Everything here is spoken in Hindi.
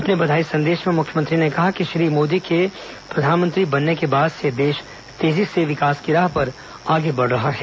अपने बधाई संदेश में मुख्यमंत्री ने कहा कि श्री मोदी के प्रधानमंत्री बनने के बाद से देश तेर्जी से विकास की राह पर आगे बढ़ रहा है